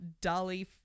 Dolly